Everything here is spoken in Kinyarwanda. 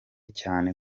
cyane